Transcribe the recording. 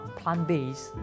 plant-based